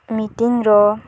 ମିଟିଂର